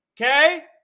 Okay